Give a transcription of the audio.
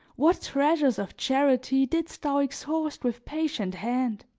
what treasures of charity didst thou exhaust with patient hand!